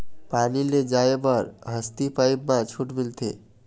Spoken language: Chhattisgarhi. पानी ले जाय बर हसती पाइप मा छूट मिलथे?